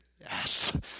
Yes